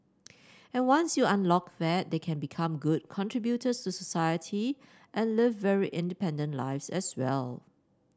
and once you unlock that they can become good contributors to society and live very independent lives as well